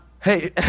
hey